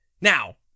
Now